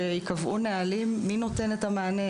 שייקבעו נהלים מי נותן את המענה,